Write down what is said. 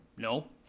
no.